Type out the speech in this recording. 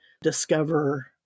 discover